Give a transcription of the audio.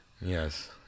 Yes